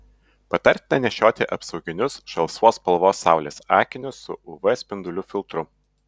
patartina nešioti apsauginius žalsvos spalvos saulės akinius su uv spindulių filtru